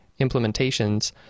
implementations